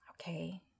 okay